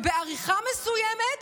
ובעריכה מסוימת,